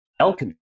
alchemy